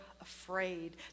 afraid